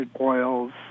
oils